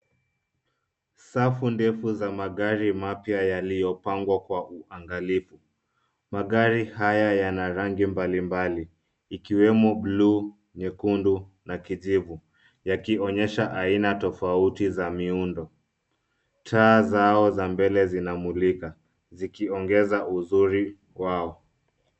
Safu ndefu za magari mapya yaliyopangwa kwa uangalifu. Magari haya yana rangi mbalimbali ikiwemo buluu, nyekundu na kijivu yakionyesha aina tofauti za miundo. Taa zao za mbele zinamulika zikiongeza uzuri kwao.